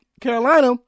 Carolina